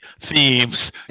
themes